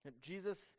Jesus